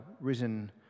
risen